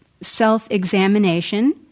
self-examination